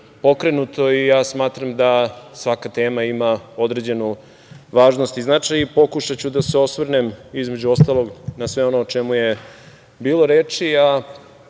pokrenuto i smatram da svaka tema ima određenu važnost i značaj i pokušaću da se osvrnem, između ostalog, na sve ono o čemu je bilo reči,